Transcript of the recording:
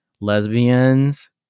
Lesbians